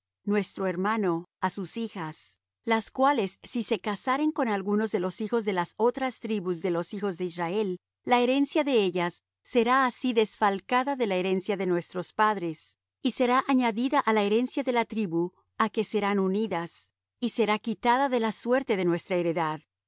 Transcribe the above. nuestro hermano á sus hijas las cuales si se casaren con algunos de los hijos de las otras tribus de los hijos de israel la herencia de ellas será así desfalcada de la herencia de nuestros padres y será añadida á la herencia de la tribu á que serán unidas y será quitada de la suerte de nuestra heredad